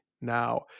Now